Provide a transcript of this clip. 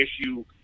issue